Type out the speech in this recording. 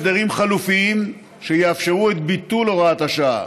הסדרים חלופיים שיאפשרו את ביטול הוראת השעה.